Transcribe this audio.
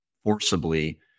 forcibly